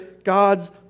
God's